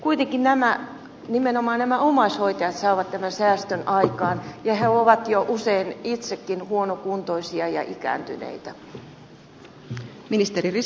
kuitenkin nimenomaan omaishoitajat saavat tämän säästön aikaan ja he ovat usein jo itsekin huonokuntoisia ja ikääntyneitä